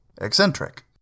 Eccentric